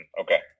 okay